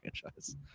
franchise